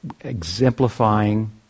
exemplifying